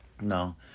No